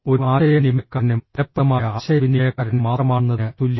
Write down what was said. ഒരു ആശയവിനിമയക്കാരനും ഫലപ്രദമായ ആശയവിനിമയക്കാരനും മാത്രമാണെന്നതിന് തുല്യമാണ്